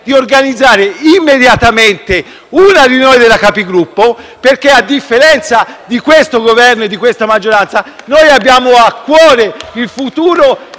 di organizzare immediatamente una riunione della Conferenza dei Capigruppo, dato che a differenza di questo Governo e di questa maggioranza, noi abbiamo a cuore il futuro